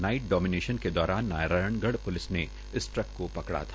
night domination के दौरान Narayangarh police ने इस ट्रक को पकड़ा था